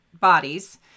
bodies